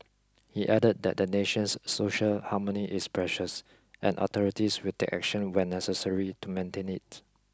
he added that the nation's social harmony is precious and authorities will take action when necessary to maintain it